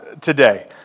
today